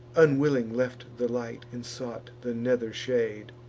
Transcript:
unwilling left the light, and sought the nether shade.